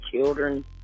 children